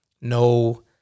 no